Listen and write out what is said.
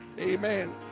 Amen